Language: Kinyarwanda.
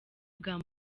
bwa